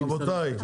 רבותיי,